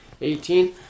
Eighteen